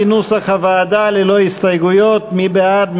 כנוסח הוועדה, ללא הסתייגויות, מי בעד?